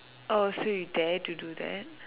orh so you dare to do that